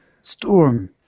storm